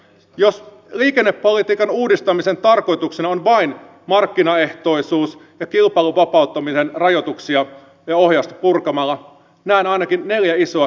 jos liikennepolitiikan uudistamisen tarkoituksena on vain markkinaehtoisuus ja kilpailun vapauttaminen rajoituksia ja ohjausta purkamalla näen ainakin neljä isoa kysymysmerkkiä